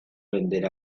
vender